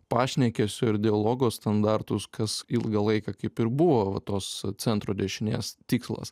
pašnekesio ir dialogo standartus kas ilgą laiką kaip ir buvo va tos centro dešinės tikslas